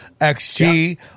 XG